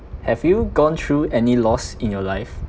have you gone through any loss in your life